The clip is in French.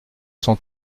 cent